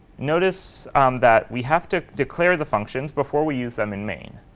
notice that we have to declare the functions before we use them in main.